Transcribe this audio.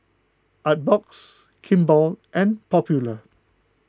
Artbox Kimball and Popular